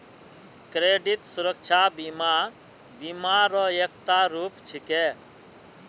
credit सुरक्षा बीमा बीमा र एकता रूप छिके